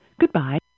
Goodbye